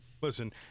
listen